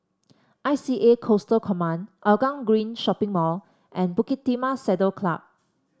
I C A Coastal Command Hougang Green Shopping Mall and Bukit Timah Saddle Club